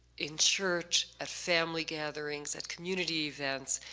in church, at family gatherings, at community events,